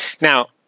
Now